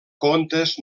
contes